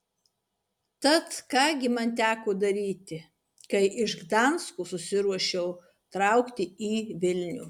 tad ką gi man teko daryti kai iš gdansko susiruošiau traukti į vilnių